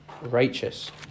righteous